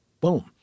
boom